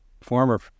former